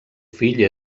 fill